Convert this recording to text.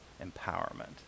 empowerment